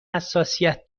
حساسیت